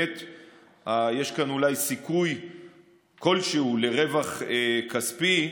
יש אולי סיכוי כלשהו לרווח כספי,